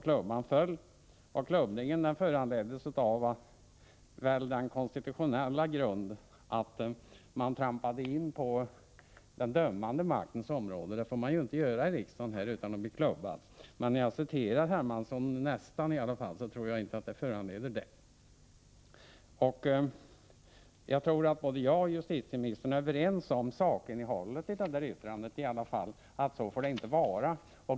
Klubban föll, och avklubbningen föranleddes av den konstitutionella grunden att talaren trampade in på den dömande maktens område. Det kan man ju inte göra här i riksdagen utan att bli avklubbad. Men när jag redogör för vad C.-H. Hermansson sade tror jag inte att det föranleder någon avklubbning. Jag tror att både jag och justitieministern är överens om sakinnehållet i detta yttrande, att så får det inte vara.